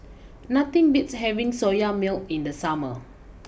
nothing beats having Soya Milk in the summer